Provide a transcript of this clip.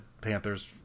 Panthers